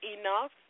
enough